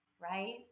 right